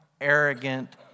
arrogant